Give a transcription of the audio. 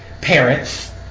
parents